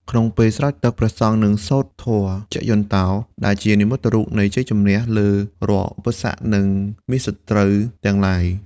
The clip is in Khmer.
ក្នុងពេលស្រោចទឹក ព្រះសង្ឃនឹងសូត្រធម៌ជយន្តោ ដែលជានិមិត្តរូបនៃជ័យជម្នះលើរាល់ឧបសគ្គ និងមារសត្រូវទាំងឡាយ។